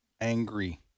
angry